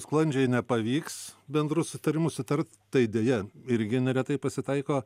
sklandžiai nepavyks bendru sutarimu sutart tai deja irgi neretai pasitaiko